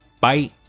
bye